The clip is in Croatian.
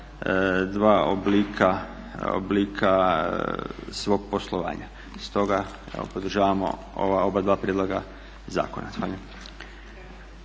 dva oblika svog poslovanja. Stoga evo podržavamo ova oba dva prijedloga zakona.